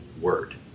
word